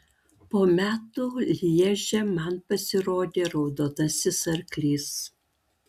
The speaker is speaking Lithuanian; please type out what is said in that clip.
po metų lježe man pasirodė raudonasis arklys